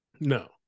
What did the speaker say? No